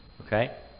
Okay